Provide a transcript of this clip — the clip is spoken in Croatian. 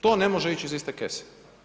To ne može ić iz iste kese.